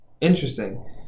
Interesting